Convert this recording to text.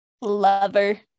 lover